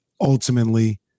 ultimately